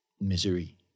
misery